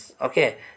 okay